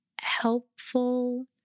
helpful